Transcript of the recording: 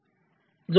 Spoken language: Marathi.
तो VOC आहे